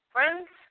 Friends